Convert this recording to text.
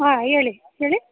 ಹಾಂ ಹೇಳಿ ಹೆಳಿ